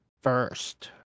First